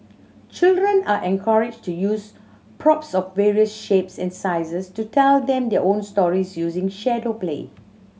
children are encouraged to use props of various shapes and sizes to tell their own stories using shadow play